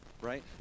right